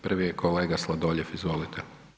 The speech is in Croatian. Prvi je kolega Sladoljev, izvolite.